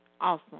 Awesome